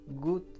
good